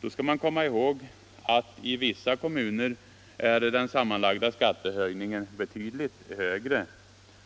Då skall man komma ihåg att i vissa kommuner är den sammanlagda skattehöjningen betydligt högre.